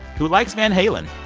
who likes van halen.